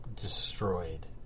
destroyed